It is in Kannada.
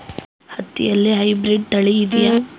ಹತ್ತಿಯಲ್ಲಿ ಹೈಬ್ರಿಡ್ ತಳಿ ಇದೆಯೇ?